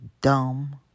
dumb